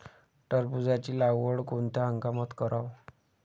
टरबूजाची लागवड कोनत्या हंगामात कराव?